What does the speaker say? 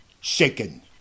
Shaken